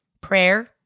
prayer